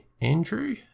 Andrew